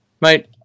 mate